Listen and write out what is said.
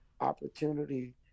opportunity